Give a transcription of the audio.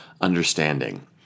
understanding